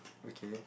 okay